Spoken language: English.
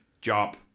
job